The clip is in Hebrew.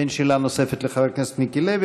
אין שאלה נוספת לחבר הכנסת מיקי לוי,